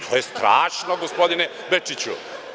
To je strašno, gospodine Bečiću.